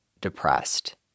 depressed